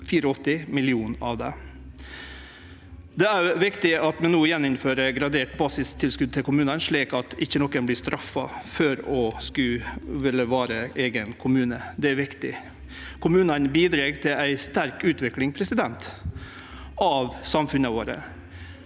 284 mill. kr av det. Det er òg viktig at vi no gjeninnfører gradert basistilskot til kommunane, slik at ikkje nokon vert straffa for å ville vere eigen kommune. Det er viktig. Kommunane bidreg til ei sterk utvikling av samfunnet vårt.